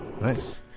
Nice